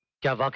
gave um